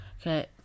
Okay